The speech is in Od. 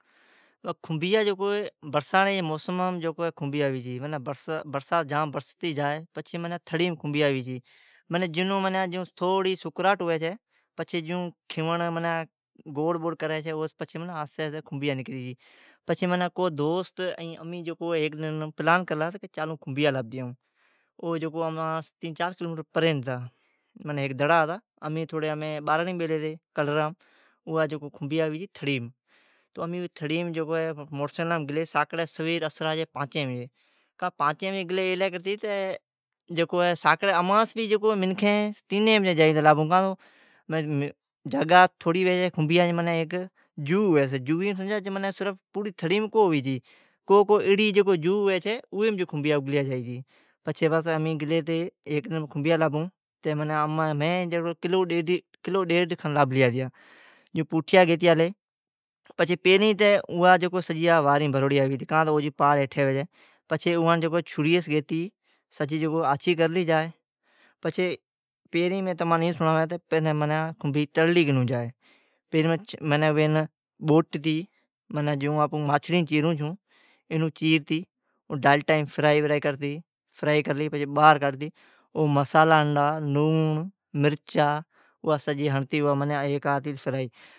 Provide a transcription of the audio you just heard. کنھنبیا جکو ھی، برساڑی جی موسمیم کنھنبیا ھوی چھی۔ برسات جام برستی جا ھی پچھی تھڑیم کنھبیا ھوی چھی۔ جیون تھوڑی سکراٹ ھوی چھی۔ کنھونڑ گوڑ کری چھی۔ آہستی آہستی کنھنبیا نکری چھی۔ پچھی معنی کجھ دوست امین پلان کرلا کہ کنھنبیا لابھون چالوں، او امان سوں تیں چار کلو میٹر پرھن ھتا۔ ھیک دڑا ھتا۔ امیں باراڑیم بیلی ھتی۔ کلرام، کنھنبیا ھوی چھی تھڑیم۔ تھڑیم موٹرسائکلام گلی ساکڑی سویر۔ اسرا جی پانچی بجی گلی ایلی کرتی۔ ساکڑی امان سون آگمی تینیں بجی جائی۔ کنھنبیا جی جگا تھوڑی ھوی چھی۔ پوری تھڑیم کو ھوی چھی۔ کو جو ھوی چھی اویم ھوی چھی۔ اگلیا جائی، پچھی ھیک ڈن ملی گلی تی کنھنبیا لابھون، میں کلو ڈیڈھ لابھلیا ھتیا۔ پوٹھیا گیتی آلی، پیرین تہ اوا سجیا واریم بھروڑیا گیتی آلی۔ کاں تو او جی پاڑ ھیٹھی ھوی چھی۔ او سون پچھی چھریی سون گیتی سجی آچھی کرلی جا ھی۔ پیرین این تمان سنڑاوین کنھبھی تنڑلی کیوں جا ھی۔ بوٹتی جون آپون ماچھڑی چیروں چھون انوں چیرتی، ڈلٹام فرائی کرتی۔ مڈالا ھنڑتی ، لونڑ، مرچا ھنڑتی ھا، ھتی گلی فرائی۔